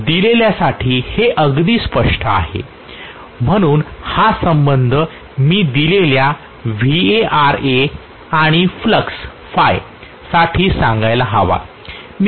दिलेल्यासाठी हे अगदी स्पष्ट आहे म्हणून हा संबंध मी दिलेल्या VaRa आणि फ्लक्स ɸ साठी सांगायला हवा